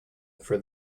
for